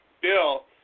bill